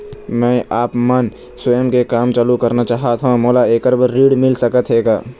मैं आपमन स्वयं के काम चालू करना चाहत हाव, मोला ऐकर बर ऋण मिल सकत हे का?